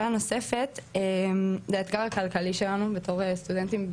בעיה נוספת היא האתגר הכלכלי שלנו בתור סטודנטים,